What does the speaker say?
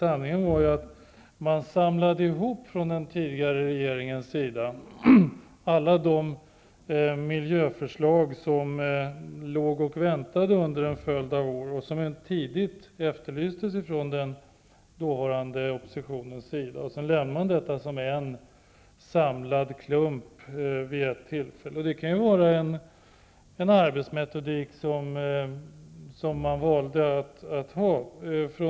Sanningen var att den tidigare regeringen samlade ihop alla de miljöförslag som legat och väntat under en följd av år, och vilka tidigt efterlysts från den dåvarande oppositionen. Sedan lämnade regeringen dessa förslag som en samlad klump vid ett tillfälle. Det var den arbetsmetodik man valde.